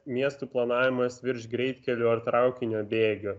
miestų planavimas virš greitkelių ar traukinio bėgių